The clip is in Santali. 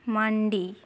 ᱢᱟᱱᱰᱤ